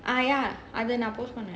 ah ya அது நான்:adhu naan post பண்ணேன்:pannaen